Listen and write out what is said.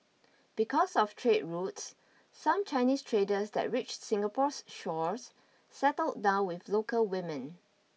because of trade routes some Chinese traders that reached Singapore's shores settled down with local women